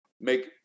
make